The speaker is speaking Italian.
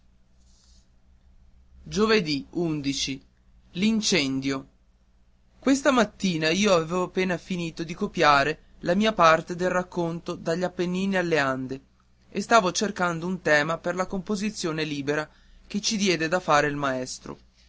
giovedì questa mattina io avevo finito di copiare la mia parte del racconto dagli appennini alle ande e stavo cercando un tema per la composizione libera che ci diede da fare il maestro